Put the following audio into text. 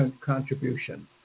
contribution